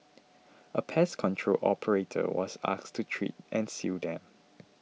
a pest control operator was asked to treat and seal them